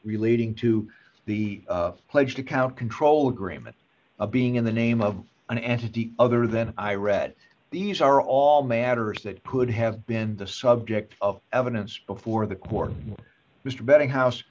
relating to the pledged account control agreement a being in the name of an entity other than i read these are all matters that could have been the subject of evidence before the court this betting house